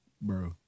Bro